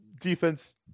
defense